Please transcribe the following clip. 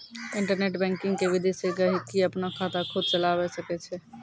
internet banking के विधि से गहकि अपनो खाता खुद चलावै सकै छै